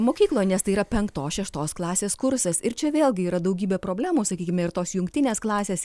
mokykloj nes tai yra penktos šeštos klasės kursas ir čia vėlgi yra daugybė problemų sakykime ir tos jungtinės klasės